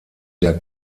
der